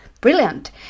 Brilliant